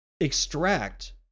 extract